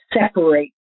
separate